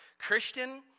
Christian